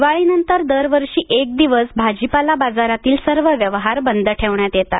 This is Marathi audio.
दिवाळीनंतर दरवर्षी एक दिवस भाजीपाला बाजारातील सर्व व्यवहार बंद ठेवण्यात येतात